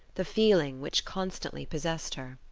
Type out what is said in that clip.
the feeling which constantly possessed her.